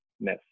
miss